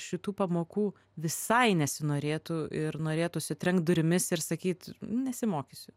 šitų pamokų visai nesinorėtų ir norėtųsi trenkt durimis ir sakyt nesimokysiu